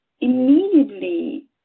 immediately